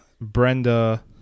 brenda